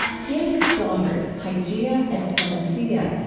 he and his daughters, hygieia and panacea,